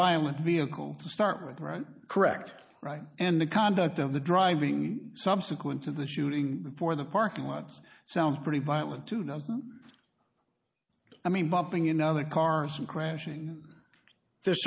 violent vehicle to start with right correct right and the conduct of the driving subsequent to the shooting for the parking lots sounds pretty violent to not i mean bumping into other cars and crashing there